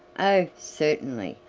oh! certainly,